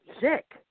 sick